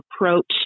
approach